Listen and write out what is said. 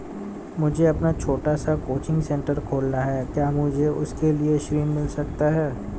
मुझे अपना छोटा सा कोचिंग सेंटर खोलना है क्या मुझे उसके लिए ऋण मिल सकता है?